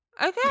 Okay